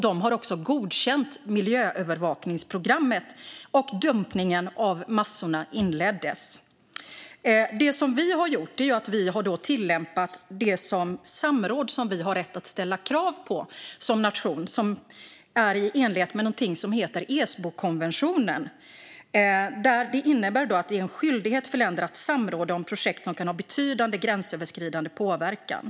De har också godkänt miljöövervakningsprogrammet. Dumpningen av massorna inleddes alltså. Det vi har gjort är att vi har haft det samråd som vi som nation har rätt att ställa krav på, i enlighet Esbokonventionen. Den innebär att det är en skyldighet för länder att samråda om projekt som kan ha betydande gränsöverskridande påverkan.